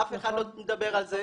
אף אחד לא מדבר על זה.